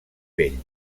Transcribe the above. vell